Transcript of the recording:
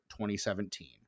2017